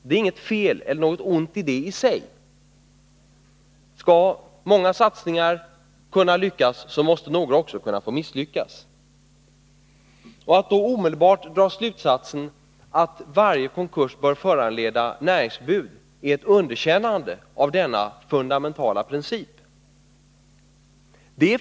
Det är inget fel eller något ont i sig. Skall många satsningar kunna lyckas måste några också få misslyckas. Att omedelbart dra slutsatsen att varje konkurs bör föranleda näringsförbud är ett underkännande av denna fundamentala princip.